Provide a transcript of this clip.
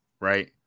right